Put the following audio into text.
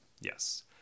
Yes